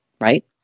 right